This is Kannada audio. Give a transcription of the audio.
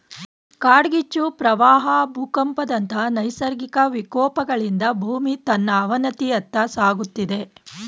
ಕಾಡ್ಗಿಚ್ಚು, ಪ್ರವಾಹ ಭೂಕಂಪದಂತ ನೈಸರ್ಗಿಕ ವಿಕೋಪಗಳಿಂದ ಭೂಮಿ ತನ್ನ ಅವನತಿಯತ್ತ ಸಾಗುತ್ತಿದೆ